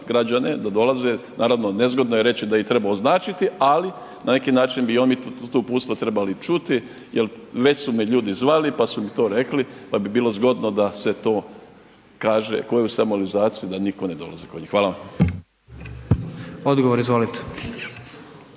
građane da dolaze, naravno nezgodno je reći da ih treba označiti, ali na neki način bi oni to uputstvo tu trebali čuti jer već su me ljudi zvali pa su mi to rekli, pa bi bilo zgodno da se to kaže ko je u samoizolaciji da ne niko ne dolazi kod njih. Hvala vam.